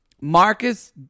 Marcus